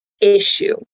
issue